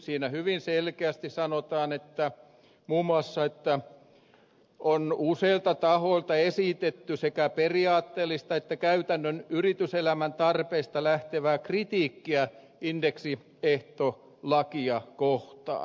siinä hyvin selkeästi sanotaan muun muassa että on useilta tahoilta esitetty sekä periaatteellista että käytännön yrityselämän tarpeista lähtevää kritiikkiä indeksiehtolakia kohtaan